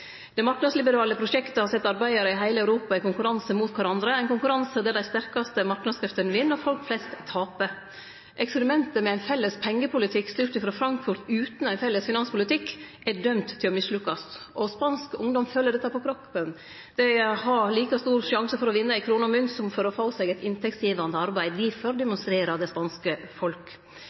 Det marknadsliberale prosjektet set arbeidarar i heile Europa i konkurranse mot kvarandre, ein konkurranse der dei sterkaste marknadskreftene vinn, og folk flest taper. Eksperimentet med ein felles pengepolitikk styrt frå Frankfurt utan ein felles finanspolitikk er dømt til å mislukkast, og spansk ungdom føler dette på kroppen. Dei har like stor sjanse for å vinne i krone og mynt som for å få seg eit inntektsgivande arbeid. Difor demonstrerer det spanske folk.